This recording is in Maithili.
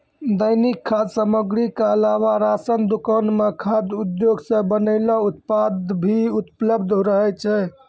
दैनिक खाद्य सामग्री क अलावा राशन दुकान म खाद्य उद्योग सें बनलो उत्पाद भी उपलब्ध रहै छै